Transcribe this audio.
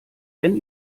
wenn